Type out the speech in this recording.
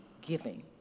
giving